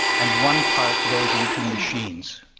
and one part goes into machines